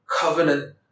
covenant